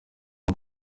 uko